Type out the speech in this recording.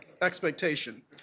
expectation